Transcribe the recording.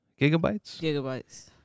gigabytes